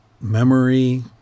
memory